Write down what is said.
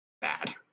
bad